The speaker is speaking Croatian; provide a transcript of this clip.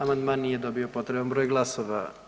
Amandman nije dobio potreban broj glasova.